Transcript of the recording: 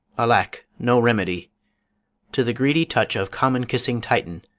alack, no remedy to the greedy touch of common-kissing titan,